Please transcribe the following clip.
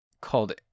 called